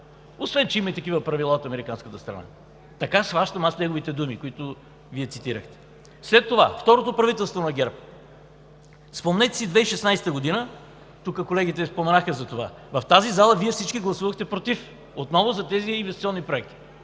Освен че има и такива правила от американската страна. Така схващам аз неговите думи, които Вие цитирахте. След това при второто правителство на ГЕРБ, спомнете си 2016 г., тук колегите споменаха за това – в тази зала всички Вие гласувахте „против“ отново за тези инвестиционни проекти.